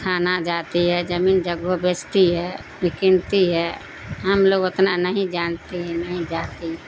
تھانہ جاتی ہے زمین جگہ بیچتی ہے ہے ہم لوگ اتنا نہیں جانتے ہیں نہیں جاتی